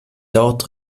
dort